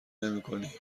نمیکنی